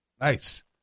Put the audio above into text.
Nice